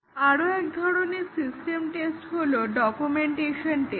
আরো এক ধরণের সিস্টেম টেস্ট হলো ডকুমেন্টেশন টেস্ট